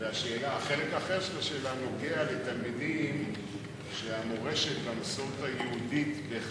החלק האחר של השאלה נוגע לתלמידים שהמורשת והמסורת היהודית לא,